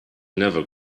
never